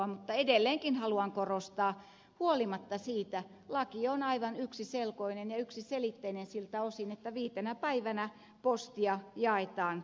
mutta edelleenkin haluan korostaa että huolimatta siitä laki on aivan yksiselkoinen ja yksiselitteinen siltä osin että viitenä päivänä postia jaetaan jatkossakin